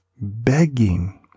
begging